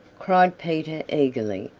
cried peter eagerly.